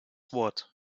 wort